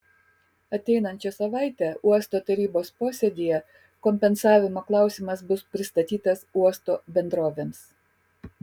ateinančią savaitę uosto tarybos posėdyje kompensavimo klausimas bus pristatytas uosto bendrovėms